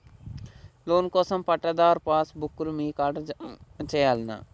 Loan కోసం పట్టాదారు passbook లు మీ కాడా జమ చేయల్నా?